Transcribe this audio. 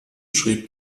schrieb